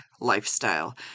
lifestyle